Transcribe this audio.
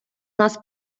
нас